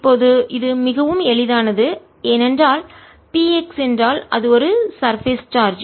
இப்போது இது மிகவும் எளிதானது ஏனென்றால் P x என்றால்அது ஒரு சர்பேஸ் மேற்பரப்பு சார்ஜ்